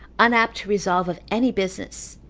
unapt to resolve of any business,